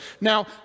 Now